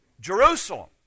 Jerusalem